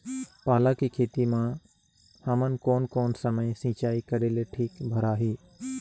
पाला के खेती मां हमन कोन कोन समय सिंचाई करेले ठीक भराही?